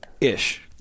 ish